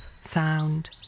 sound